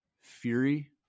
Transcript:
Fury